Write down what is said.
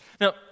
Now